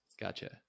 Gotcha